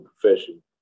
profession